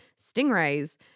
stingrays